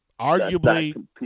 arguably